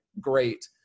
great